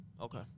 Okay